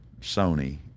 Sony